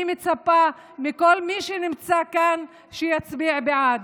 אני מצפה מכל מי שנמצא כאן שיצביע בעד,